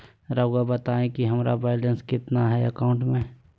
रहुआ बताएं कि हमारा बैलेंस कितना है अकाउंट में?